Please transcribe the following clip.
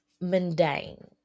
mundane